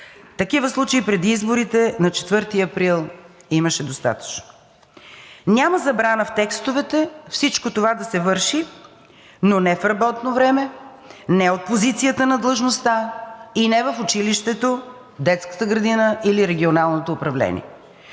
Такива случаи преди изборите на 4 април имаше достатъчно. Няма забрана в текстовете всичко това да се върши, но не в работно време, не от позицията на длъжността и не в училището, детската градина или регионалното управление.